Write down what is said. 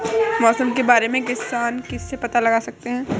मौसम के बारे में किसान किससे पता लगा सकते हैं?